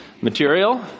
material